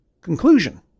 conclusion